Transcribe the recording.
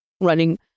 running